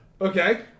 Okay